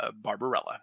Barbarella